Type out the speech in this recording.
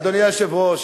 אדוני היושב-ראש,